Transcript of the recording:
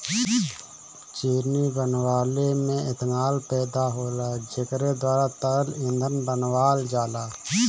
चीनी बनवले में एथनाल पैदा होला जेकरे द्वारा तरल ईंधन बनावल जाला